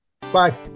Bye